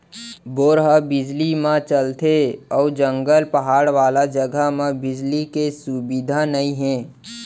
bore ह बिजली म चलथे अउ जंगल, पहाड़ वाला जघा म बिजली के सुबिधा नइ हे